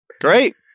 Great